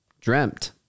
Dreamt